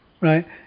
right